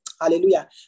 Hallelujah